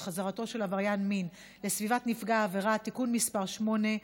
על חזרתו של עבריין מין לסביבת נפגע העבירה (תיקון מס' 8),